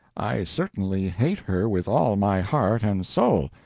i certainly hate her with all my heart and soul.